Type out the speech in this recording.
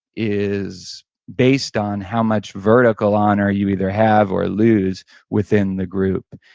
is based on how much vertical honor you either have or lose within the group,